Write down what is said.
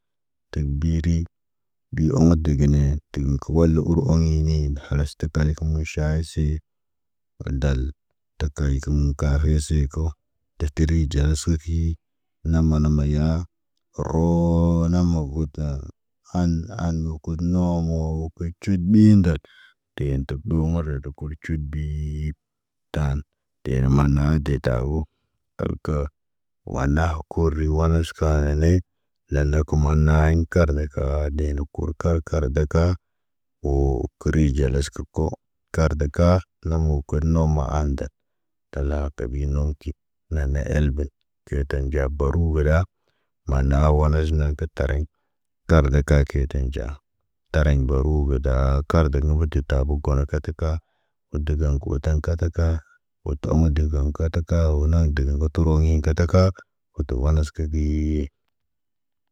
Tekbiri, bi oŋgo degene, tegi kə walu ur oŋgoni khalasta tə parik muʃasi. Waldal, tə kay kə mu kaafi seyko, testeri ɟaas sofi nama nama yaa. Roo nama guta, han han kud noo mo kic cərit mii ndat teen ta ɓu mara ta kuri cut bii. Taan, ten manna detabu kar kaa. Wan nahu kori wanaska neney. Lana kumanaayin karət kaardenu kur kar kar daka. Woo kəri ɟalas kə ko karda kaa nama kud noomo anda. Talaaki binom ki, naane elben teetan ɟab baru gada. Maan na howo naj naŋg kə tariɲ. Garde kakey ten ɟa. Tariɲ baru gədaa kardan nəbə tə tabu kono katəka. Dəgan kotaŋg kataka. Wo tomon dəgan kataka wa naŋg dəgən turoɲi kataka. Wa ta wanas ka gii.